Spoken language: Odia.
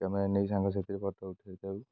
କ୍ୟାମେରା ନେଇକି ସାଙ୍ଗସାଥିରେ ଫଟୋ ଉଠେଇଥାଉ